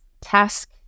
task